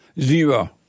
zero